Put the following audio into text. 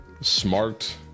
smart